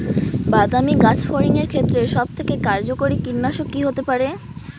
বাদামী গাছফড়িঙের ক্ষেত্রে সবথেকে কার্যকরী কীটনাশক কি হতে পারে?